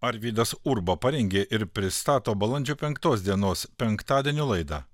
arvydas urba parengė ir pristato balandžio penktos dienos penktadienio laidą